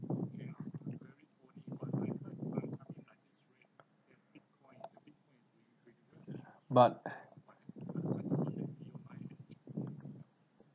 but